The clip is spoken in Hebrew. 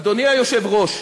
אדוני היושב-ראש,